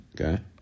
Okay